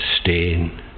stain